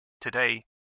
Today